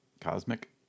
cosmic